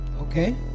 Okay